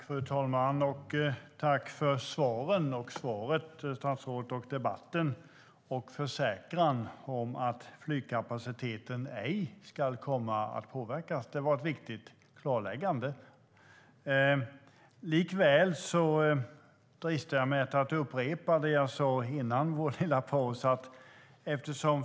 Fru talman! Tack, statsrådet, för svaren, för debatten och för försäkran att flygkapaciteten ej ska komma att påverkas! Det var ett viktigt klarläggande. Likväl dristar jag mig att upprepa det jag sa före vår lilla paus.